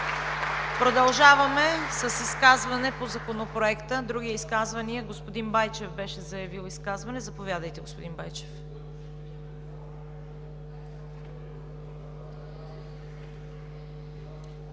Продължаваме с изказване по Законопроекта. Други изказвания? Господин Байчев беше заявил изказване. Заповядайте, господин Байчев.